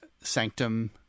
sanctum